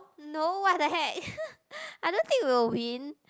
no what the head I don't think we'll win